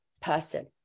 person